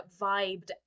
vibed